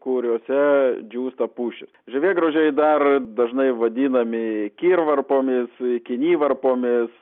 kuriuose džiūsta pušys žievėgraužiai dar dažnai vadinami kirvarpomis kinivarpomis